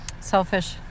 selfish